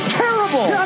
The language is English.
terrible